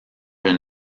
une